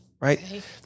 right